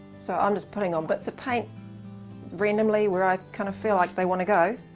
so i'm just putting on bits of paint randomly where i kinda feel like they want to go.